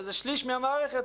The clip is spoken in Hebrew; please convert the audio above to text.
שזה שליש מהמערכת.